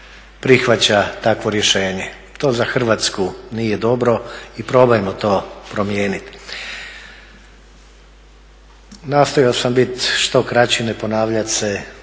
prihvaća takvo rješenje. To za Hrvatsku nije dobro i probajmo to promijeniti. Nastojao sam biti što kraći, ne ponavljat se